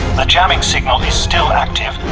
the jamming signal is still active.